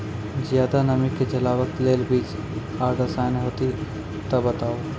ज्यादा नमी के झेलवाक लेल बीज आर रसायन होति तऽ बताऊ?